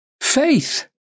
faith